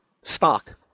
stock